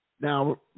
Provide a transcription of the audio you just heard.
Now